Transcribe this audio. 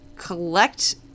collect